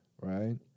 right